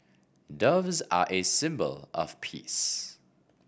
doves are a symbol of peace